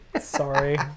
sorry